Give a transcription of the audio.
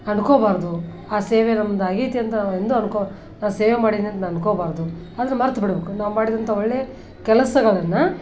ಅಂದ್ಕೋಬಾರದು ಆ ಸೇವೆ ನಮ್ದು ಆಗೈತಿ ಅಂತ ಎಂದು ಅನ್ಕೋ ಆ ಸೇವೆ ಮಾಡಿದೀನಿ ಅಂತ ಅನ್ಕೋಬಾರದು ಆದ್ರೆ ಮರ್ತು ಬಿಡಬೇಕು ನಾವು ಮಾಡಿದಂಥ ಒಳ್ಳೆಯ ಕೆಲಸಗಳನ್ನು